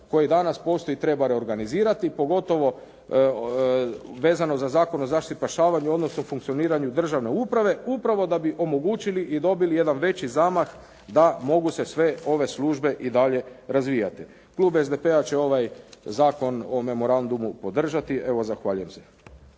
koji danas postoji treba reorganizirati, pogotovo vezano za Zakon o zaštiti spašavanja, odnosno funkcioniranju državne uprave, upravo da bi omogućili i dobili jedan veći zamah da mogu se sve ove službe i dalje razvijati. Klub SDP-a će ovaj Zakon o memorandumu podržati. Evo zahvaljujem se.